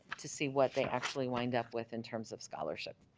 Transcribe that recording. to see what they actually wind up with in terms of scholarship,